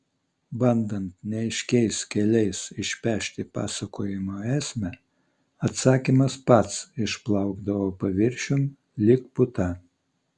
bandant neaiškiais keliais išpešti pasakojimo esmę atsakymas pats išplaukdavo paviršiun lyg puta